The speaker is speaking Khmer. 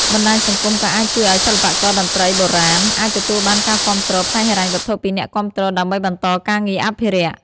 បណ្ដាញសង្គមក៏អាចជួយឲ្យសិល្បករតន្ត្រីបុរាណអាចទទួលបានការគាំទ្រផ្នែកហិរញ្ញវត្ថុពីអ្នកគាំទ្រដើម្បីបន្តការងារអភិរក្ស។